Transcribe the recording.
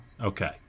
Okay